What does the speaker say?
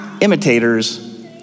imitators